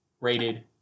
rated